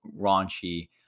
raunchy